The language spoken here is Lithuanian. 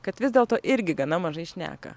kad vis dėlto irgi gana mažai šneka